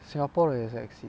singapore 的也是 exceed